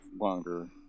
longer